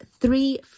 three